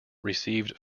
received